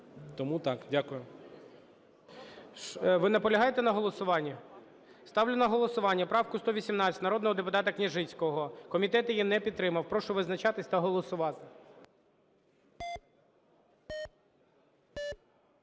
Тому так. Дякую. ГОЛОВУЮЧИЙ. Ви наполягаєте на голосуванні? Ставлю на голосування правку 118 народного депутата Княжицького. Комітет її не підтримав. Прошу визначатись та голосувати.